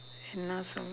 you know so